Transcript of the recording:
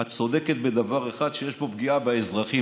את צודקת בדבר אחד, שיש פה פגיעה באזרחים.